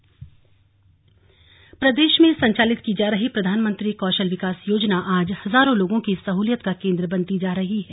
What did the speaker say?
slug कौशल विकास प्रदेश में संचालित की जा रही प्रधानमंत्री कौशल विकास योजना आज हजारों लोगों की सहूलियत का केंद्र बनती जा रही है